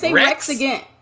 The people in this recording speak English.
rex again.